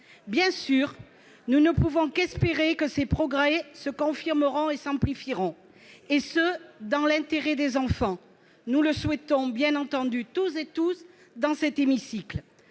Nous ne pouvons qu'espérer que ces progrès se confirmeront et s'amplifieront, et ce dans l'intérêt des enfants. Nous le souhaitons toutes et tous dans cet hémicycle.